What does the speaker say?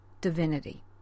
divinity